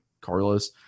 Carlos